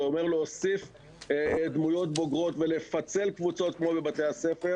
זה אומר להוסיף דמויות בוגרות ולפצל קבוצות כמו בבתי הספר.